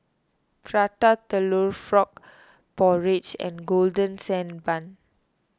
Prata Telur Frog Porridge and Golden Sand Bun